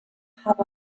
have